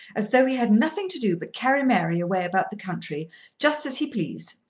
as though he had nothing to do but carry mary away about the country just as he pleased.